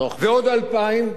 ועוד 2,000,